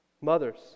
Mothers